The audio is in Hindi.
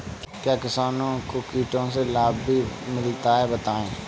क्या किसानों को कीटों से लाभ भी मिलता है बताएँ?